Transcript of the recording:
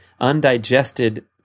undigested